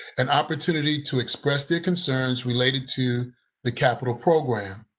an opportunity to express their concerns related to the capital program.